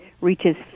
reaches